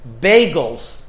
bagels